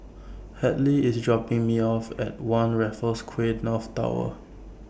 Hadley IS dropping Me off At one Raffles Quay North Tower